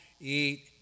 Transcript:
eat